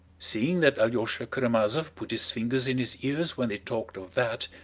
seeing that alyosha karamazov put his fingers in his ears when they talked of that,